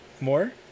more